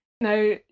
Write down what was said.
now